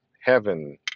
heaven